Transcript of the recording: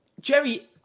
Jerry